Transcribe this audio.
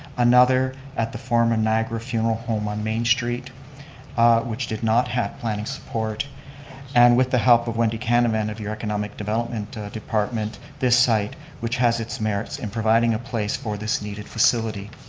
another at the former niagara funeral home on main street which did not have planning support and with the help of wendy kahneman of and of your economic development department, this site which has its merits in providing a place for this needed facility.